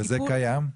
זה קיים?